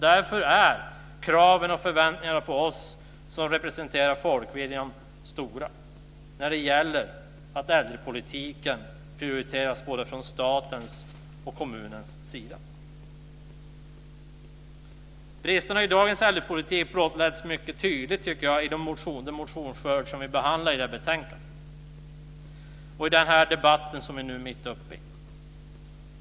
Därför är kraven och förväntningarna på oss som representerar folkviljan stora när det gäller att äldrepolitiken prioriteras både från statens och kommunernas sida. Bristerna i dagens äldrepolitik blottläggs mycket tydligt, tycker jag, i den motionsskörd som vi behandlar i det här betänkandet och i den debatt som vi nu är mitt uppe i.